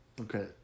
Okay